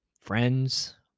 friends